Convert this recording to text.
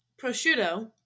Prosciutto